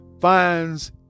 finds